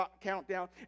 Countdown